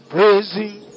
Praising